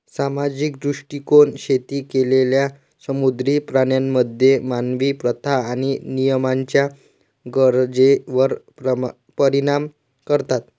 सामाजिक दृष्टीकोन शेती केलेल्या समुद्री प्राण्यांमध्ये मानवी प्रथा आणि नियमांच्या गरजेवर परिणाम करतात